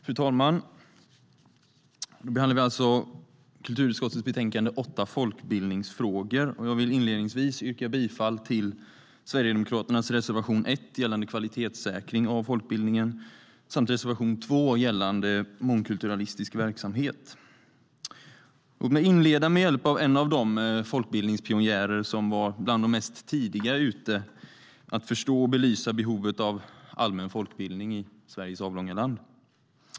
Fru talman! I dag behandlar vi kulturutskottets betänkande KrU8, Folkbildningsfrågor . Jag vill inledningsvis yrka bifall till Sverigedemokraternas reservation 1 gällande kvalitetssäkring av folkbildningen samt reservation 2 gällande mångkulturalistisk verksamhet. Låt mig inleda med hjälp av en av de folkbildningspionjärer som var bland dem som var mest tidigt ute med att förstå och belysa behovet av allmän folkbildning i Sveriges avlånga land.